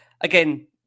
again